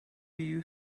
you